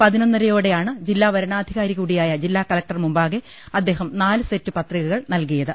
പതിനൊന്നര യോടെയാണ് ജില്ലാവരണാധികാരികൂടിയായ ജില്ലാകലക്ടർ മുമ്പാകെ അദ്ദേഹം നാല് സെറ്റ് പത്രികകൾ നൽകിയത്